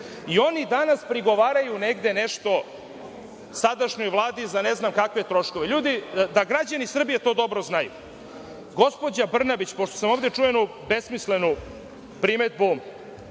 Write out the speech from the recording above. danas prigovaraju negde nešto sadašnjoj Vladi za ne znam kakve troškove! Da građani Srbije to dobro znaju. Pošto sam danas čuo ovde jednu besmislenu primedbu,